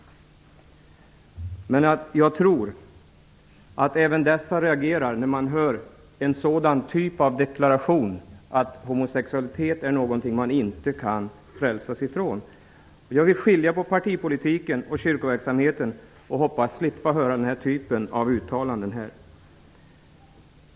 Men jag tror att även dessa reagerar när de hör en deklaration om att homosexualitet är någonting man inte kan frälsas ifrån. Jag vill skilja på partipolitiken och kyrkoverksamheten och hoppas slippa höra denna typ av uttalanden.